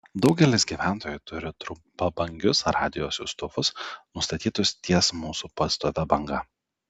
daugelis gyventojų turi trumpabangius radijo siųstuvus nustatytus ties mūsų pastovia banga